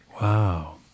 Wow